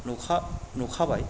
नुखाबाय